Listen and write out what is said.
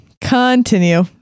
continue